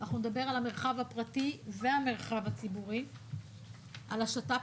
אנחנו נדבר על המרחב הפרטי והמרחב הציבורי; על השת"פ